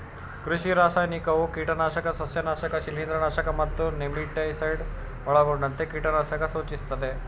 ಕೃಷಿ ರಾಸಾಯನಿಕವು ಕೀಟನಾಶಕ ಸಸ್ಯನಾಶಕ ಶಿಲೀಂಧ್ರನಾಶಕ ಮತ್ತು ನೆಮಟಿಸೈಡ್ ಒಳಗೊಂಡಂತೆ ಕೀಟನಾಶಕ ಸೂಚಿಸ್ತದೆ